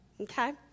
okay